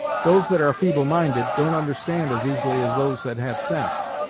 those that are feeble minded, don't understand as easily as those that have sense.